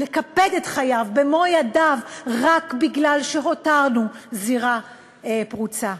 לקפד את חייו במו ידיו רק בגלל שהותרנו זירה פרוצה.